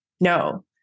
No